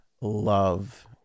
love